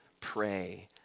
pray